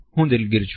હું દિલગીર છું